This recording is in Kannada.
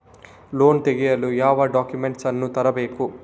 ಲೋನ್ ತೆಗೆಯಲು ಯಾವ ಡಾಕ್ಯುಮೆಂಟ್ಸ್ ಅನ್ನು ತರಬೇಕು?